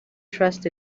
trust